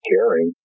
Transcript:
Caring